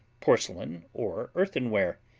porcelain or earthenware,